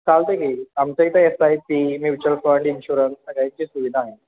चालतं आहे की आमच्या इथं S I P mutual fund insurance सगळ्याची सुविधा आहे